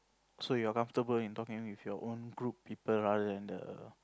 so you're comfortable in talking with your own group people rather than the